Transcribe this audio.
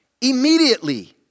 Immediately